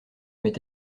m’est